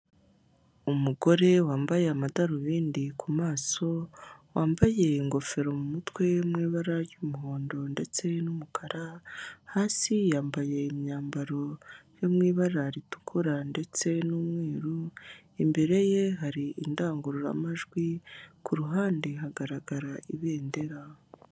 Umugore wambaye amadarubindi ku maso wambaye ingofero mu mutwe mu ibara ry'umuhondo ndetse n'umukara, hasi yambaye imyambaro iri mu ibara ritukura ndetse n'umweru imbere ye hari indangururamajwi ku ruhande hagaragara ibendera.